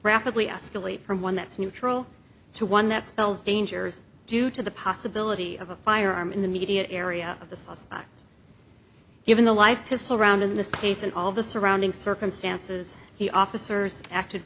rapidly escalate from one that's neutral to one that spells dangers due to the possibility of a firearm in the media area of the suspect even the wife has surrounded this case and all the surrounding circumstances the officers acted